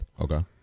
okay